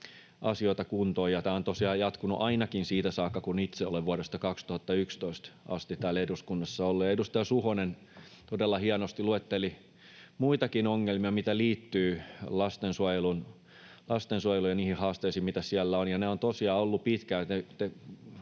asioita kuntoon. Tämä on tosiaan jatkunut ainakin siitä saakka, kun itse olen vuodesta 2011 asti täällä eduskunnassa ollut. Edustaja Suhonen todella hienosti luetteli muitakin ongelmia, mitkä liittyvät lastensuojeluun ja niihin haasteisiin, mitä siellä on, ja ne ovat tosiaan olleet pitkään.